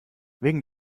wegen